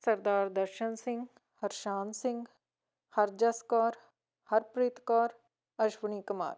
Sardar Darshan Singh Harshan Singh Harjas Kaur Harpreet Kaur Ashwani Kumar